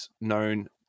known